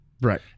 Right